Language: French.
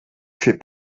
fait